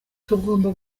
tugomba